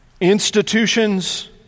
institutions